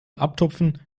abtupfen